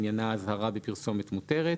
שעניינה אזהרה בפרסומת מותרת.